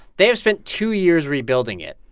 they've spent two years rebuilding it.